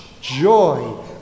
joy